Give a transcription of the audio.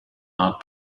not